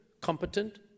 competent